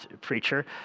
preacher